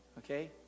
Okay